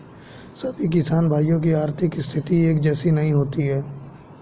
सभी किसान भाइयों की आर्थिक स्थिति एक जैसी नहीं होती है